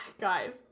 guys